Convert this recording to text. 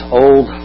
old